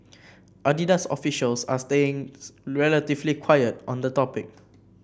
Adidas officials are staying relatively quiet on the topic